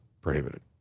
prohibited